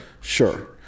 Sure